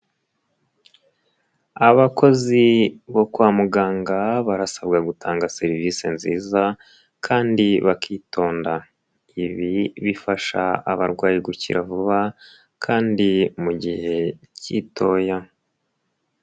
Abakozi bo kwa muganga barasabwa gutanga serivisi nziza kandi bakitonda, ibi bifasha abarwayi gukira vuba kandi mu gihe gitoya.